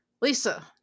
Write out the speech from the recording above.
Lisa